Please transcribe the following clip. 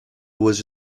was